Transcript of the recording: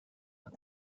and